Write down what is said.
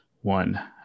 one